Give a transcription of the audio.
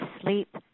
sleep